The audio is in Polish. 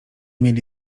mieli